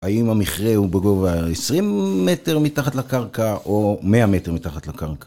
האם המכרה הוא בגובה 20 מטר מתחת לקרקע או 100 מטר מתחת לקרקע?